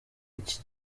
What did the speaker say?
iki